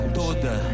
toda